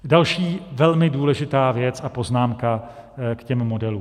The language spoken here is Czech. Další velmi důležitá věc a poznámka k těm modelům.